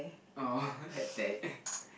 oh that's sad